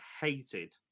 hated